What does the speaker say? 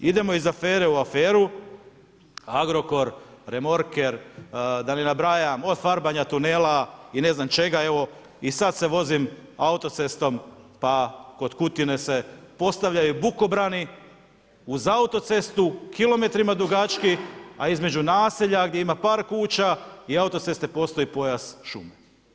Idemo iz afere u aferu, Agrokor, Remorker, da ne nabrajam, od farbanja tunela i ne znam čega, evo i sad se vozim autocestom pa kod Kutine se postavljaju bukobrani uz autocestu kilometrima dugački, a između naselja gdje ima par kuća i autoceste postoji pojas šume.